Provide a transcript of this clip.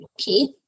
Okay